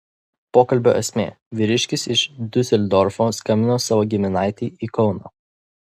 pokalbio esmė vyriškis iš diuseldorfo skambino savo giminaitei į kauną